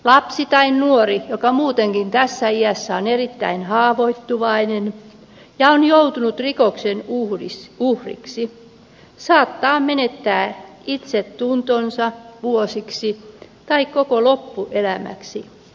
lapsi tai nuori joka muutenkin tässä iässä on erittäin haavoittuvainen ja on joutunut rikoksen uhriksi saattaa menettää itsetuntonsa vuosiksi tai koko loppuelämäksi